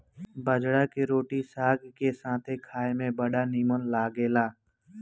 बजरा के रोटी साग के साथे खाए में बड़ा निमन लागेला